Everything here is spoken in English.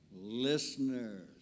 listeners